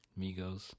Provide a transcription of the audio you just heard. Migos